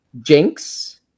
Jinx